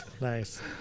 nice